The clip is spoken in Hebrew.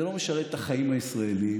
זה לא משרת את החיים הישראליים.